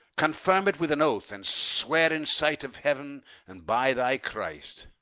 confirm it with an oath, and swear in sight of heaven and by thy christ.